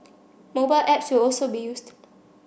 mobile apps will also be used